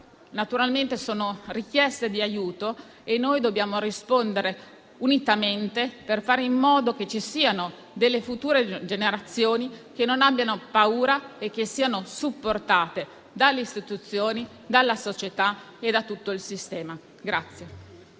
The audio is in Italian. lanciando. Sono richieste di aiuto e noi dobbiamo rispondere unitamente, per fare in modo che ci siano future generazioni che non abbiano paura e siano supportate dalle istituzioni, dalla società e da tutto il sistema.